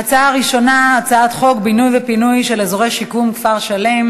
ההצעה הראשונה: הצעת חוק בינוי ופינוי של אזורי שיקום (כפר-שלם),